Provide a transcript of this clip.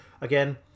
again